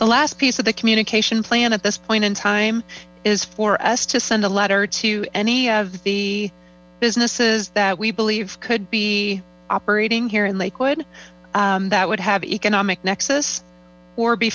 the last piece of the communication plan at this point in time is for us to send a letter to any of the businesses that we believe could be operating here in lakewood that would have economic